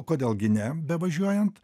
kodėl gi ne bevažiuojant